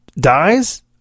dies